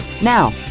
Now